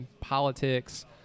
politics